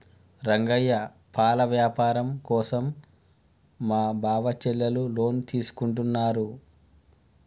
రంగయ్య పాల వ్యాపారం కోసం మా బావ చెల్లెలు లోన్ తీసుకుంటున్నారు